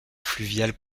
fluviales